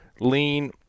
lean